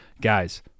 guys